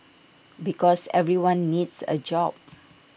because everyone needs A job